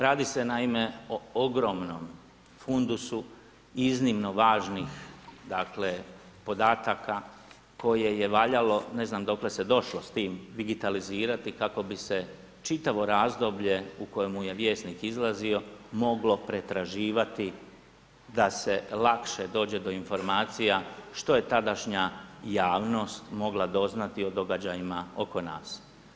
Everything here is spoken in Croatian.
Radi se naime, o ogromnom fundusu, iznimno važnih dakle, podatka, koje je valjalo, ne znam dokle se došlo s tim, digitalizirati, kako bi se, čitavo razdoblje u kojemu je Vjesnik izlazio, moglo pretraživati, da se lakše dođe do informacija, što je tadašnja javnost mogla doznati o događajima oko nas.